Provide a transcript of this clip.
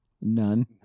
None